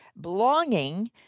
belonging